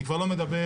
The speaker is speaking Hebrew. אני כבר לא מדבר